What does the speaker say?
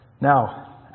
Now